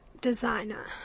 designer